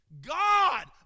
God